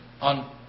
on